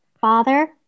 Father